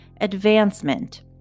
advancement